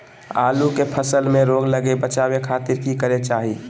आलू के फसल में रोग लगे से बचावे खातिर की करे के चाही?